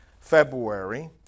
February